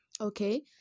Okay